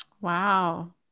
Wow